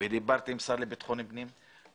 ודיברתי עם השר לביטחון פנים,